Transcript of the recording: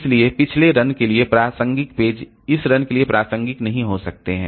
इसलिए पिछले रन के लिए प्रासंगिक पेज इस रन के लिए प्रासंगिक नहीं हो सकते हैं